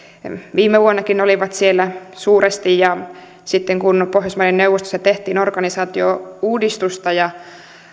viime vuonnakin ne olivat siellä suuresti sitten kun pohjoismaiden neuvostossa tehtiin organisaatiouudistusta ja